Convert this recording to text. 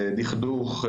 דכדוך,